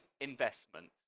investment